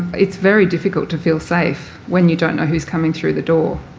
it's very difficult to feel safe when you don't know who's coming through the door.